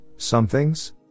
somethings